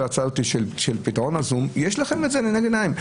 ההצעה לפתרון ה-זום - יש לכם את זה לנגד עיניכם.